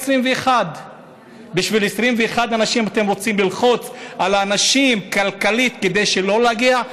21. בשביל 21 אנשים אתם רוצים ללחוץ על האנשים כלכלית כדי שלא יגיעו?